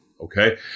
Okay